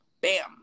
Bam